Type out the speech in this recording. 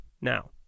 now